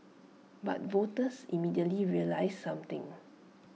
but voters immediately realised something